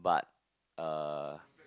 but uh